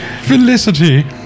Felicity